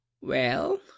Well